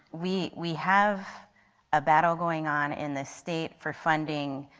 we we have a battle going on in the state for funding,